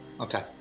Okay